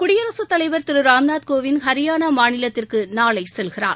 குடியரசுத் தலைவர் திரு ராம்நாத் கோவிந்த் ஹரியானா மாநிலத்திற்கு நாளை செல்கிறார்